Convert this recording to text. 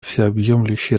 всеобъемлющей